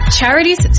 charities